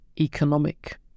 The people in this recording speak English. economic